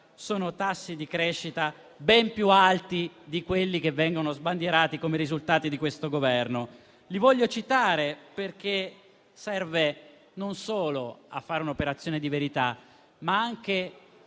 quei tassi di crescita sono ben più alti di quelli che vengono sbandierati come risultati di questo Governo. Li voglio citare perché serve non solo a fare un'operazione di verità, ma anche